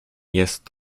jest